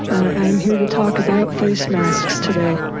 i'm here to talk about face masks today,